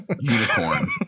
Unicorn